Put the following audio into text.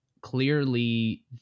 clearly